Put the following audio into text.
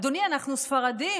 אדוני, אנחנו ספרדים.